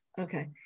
Okay